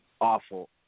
awful